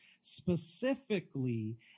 specifically